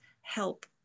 help